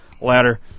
ladder